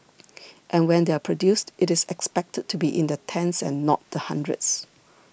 and when they are produced it is expected to be in the tens and not the hundreds